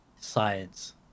Science